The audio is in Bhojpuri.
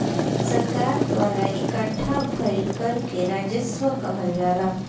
सरकार द्वारा इकट्ठा भईल कर के राजस्व कहल जाला